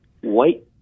white